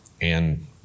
and-